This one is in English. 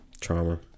trauma